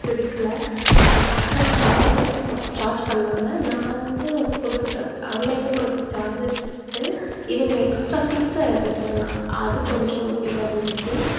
பிடிக்கலை extra charge வேறு கேட் சார்ஜ் பண்ணிணாங்க நான் வந்து கொடுத்த ஆன்லைனில் கொடுத்த சார்ஜை விட்டுவிட்டு இவங்க எக்ஸ்ட்ரா டிப்ஸ் வேறு கேட்டாங்க அது கொஞ்சம் இதாக இருந்துச்சு